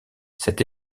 cette